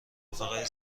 رفقای